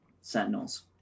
Sentinels